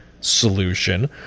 solution